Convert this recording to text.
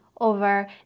over